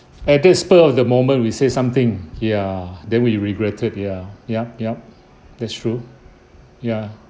at this spur of the moment we say something ya then we regretted ya yup yup that's true ya